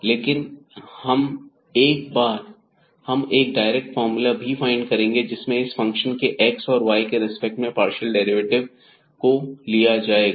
लेकिन हम एक डायरेक्ट फार्मूला भी फाइंड करेंगे जिसमें इस फंक्शन के x और y के रिस्पेक्ट में पार्शियल डेरिवेटिव को लिया जाएगा